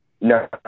No